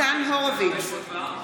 ניצן הורוביץ,